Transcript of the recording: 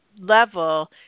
level